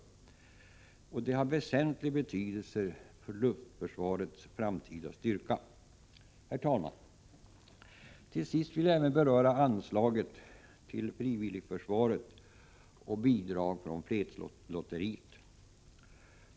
Detta har väsentlig betydelse för luftförsvarets framtida styrka. Herr talman! Till sist vill jag även beröra anslagen till frivilligförsvaret och bidraget från fredslotteriet.